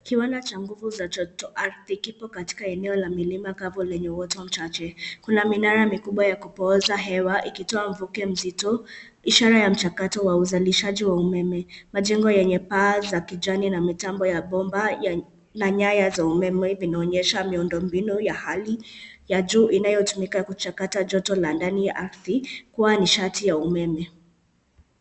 Kiwanda cha nguvu za joto ardhi kipo katika eneo la milima kavu lenye uwoto mchache. Kuna minara mikubwa ya kupooza hewa ikitoa mvuke mzito, ishara ya mchakato wa uzalishaji wa umeme. Majengo yenye paa za kijani na mitambo ya bomba na nyaya za umeme vinaonyesha miundo mbinu ya hali ya juu inayotumika kuchakata joto la ndani ardhi, kuwa nishati ya umeme.